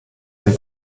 den